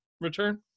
return